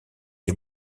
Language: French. des